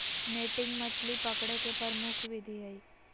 netting मछली पकडे के प्रमुख विधि हइ